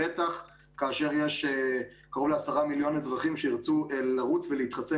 בטח כאשר יש קרוב לעשרה מיליון אזרחים שירצו לרוץ ולהתחסן